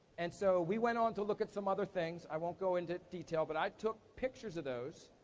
and so, we went on to look at some other things, i won't go into detail, but i took pictures of those,